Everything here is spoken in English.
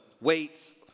weights